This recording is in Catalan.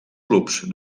clubs